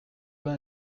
vin